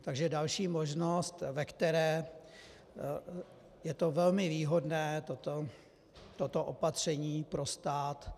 Takže další možnost, ve které je to velmi výhodné toto opatření pro stát.